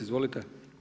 Izvolite.